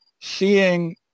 seeing